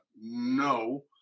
No